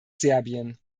serbien